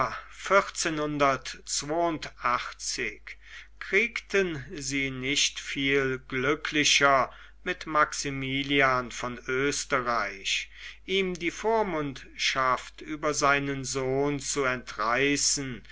kriegten sie nicht viel glücklicher mit maximilian von oesterreich ihm die vormundschaft über seinen sohn zu entreißen